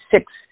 six